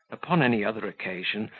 upon any other occasion,